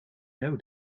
know